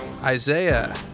Isaiah